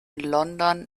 london